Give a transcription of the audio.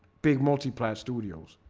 big multiplayer studios,